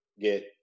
get